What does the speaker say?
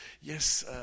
yes